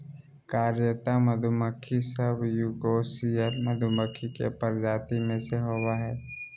कार्यकर्ता मधुमक्खी सब यूकोसियल मधुमक्खी के प्रजाति में से होबा हइ